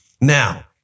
Now